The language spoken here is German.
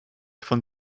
von